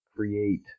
create